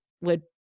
would-